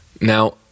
Now